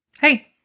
Hey